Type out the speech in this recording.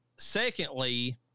Secondly